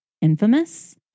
infamous